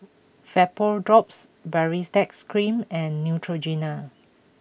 VapoDrops Baritex Cream and Neutrogena